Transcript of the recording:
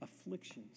afflictions